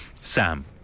Sam